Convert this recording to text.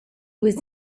was